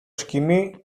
σκοινί